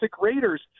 Raiders